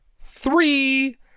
three